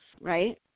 right